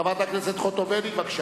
חברת הכנסת חוטובלי, בבקשה.